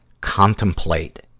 contemplate